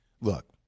look